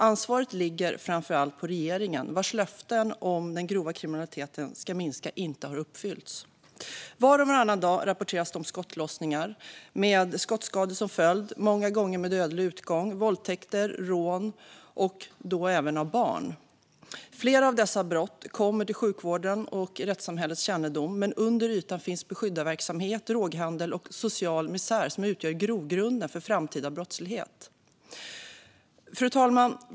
Ansvaret ligger framför allt på regeringen, vars löften om att den grova kriminaliteten ska minska inte har uppfyllts. Var och varannan dag rapporteras det om skottlossningar med skottskador som följd, många gånger med dödlig utgång, våldtäkter, rån, och då även av barn. Flera av dessa brott kommer till sjukvårdens och rättssamhällets kännedom. Men under ytan finns beskyddarverksamhet, droghandel och social misär som utgör grogrunden för framtida brottslighet. Fru talman!